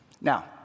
Now